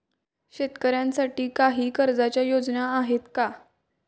शेतकऱ्यांसाठी काही कर्जाच्या योजना आहेत का?